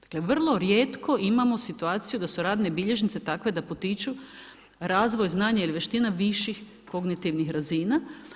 To je vrlo rijetko imamo situaciju da su radne bilježnice takve da potiču razvoj, znanje ili vještina viših kognitivnih razina.